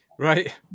Right